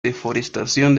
deforestación